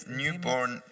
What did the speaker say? newborn